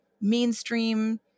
mainstream